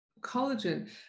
collagen